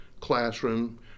classroom